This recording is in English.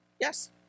Yes